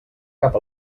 cap